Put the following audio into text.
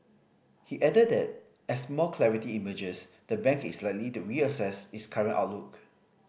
he added that as more clarity emerges the bank is likely to reassess its current outlook